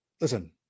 listen